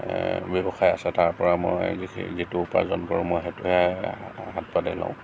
ব্যৱসায় আছে তাৰ পৰা মই বিশেষ যিটো উপাৰ্জন কৰোঁ মই সেইটোৱে হাত পাতি লওঁ